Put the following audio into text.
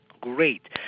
great